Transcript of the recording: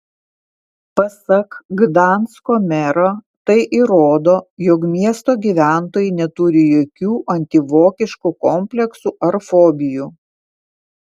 pasak gdansko mero tai įrodo jog miesto gyventojai neturi jokių antivokiškų kompleksų ar fobijų